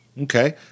Okay